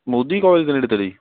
Modi college ਦੇ ਨੇੜੇ ਤੇੜੇ ਜੀ